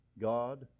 God